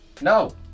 no